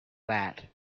that